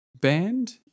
band